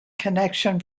connection